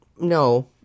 no